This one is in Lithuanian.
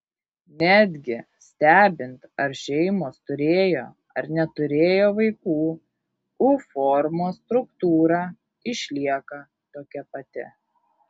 netgi stebint ar šeimos turėjo ar neturėjo vaikų u formos struktūra išlieka tokia pati